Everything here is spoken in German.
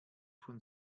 von